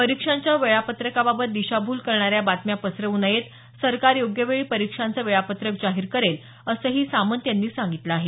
परीक्षांच्या वेळापत्रकाबाबत दिशाभूल करणाऱ्या बातम्या पसरवू नयेत सरकार योग्य वेळी परीक्षांचं वेळापत्रक जाहीर करेल असंही सामंत यांनी सांगितलं आहे